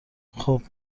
خوب